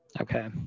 Okay